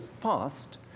fast